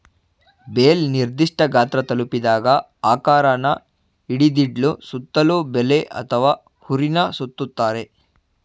bale ನಿರ್ದಿಷ್ಠ ಗಾತ್ರ ತಲುಪಿದಾಗ ಆಕಾರನ ಹಿಡಿದಿಡ್ಲು ಸುತ್ತಲೂ ಬಲೆ ಅಥವಾ ಹುರಿನ ಸುತ್ತುತ್ತಾರೆ